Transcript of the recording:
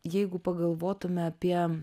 jeigu pagalvotume apie